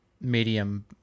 medium